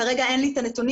כרגע אין לי את הנתונים,